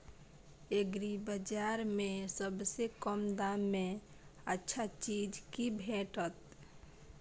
एग्रीबाजार में सबसे कम दाम में अच्छा चीज की भेटत?